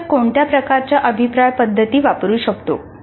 शिक्षक कोणत्या प्रकारच्या अभिप्राय पद्धती वापरू शकतो